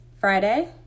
Friday